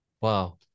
Wow